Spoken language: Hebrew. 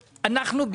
סירוב.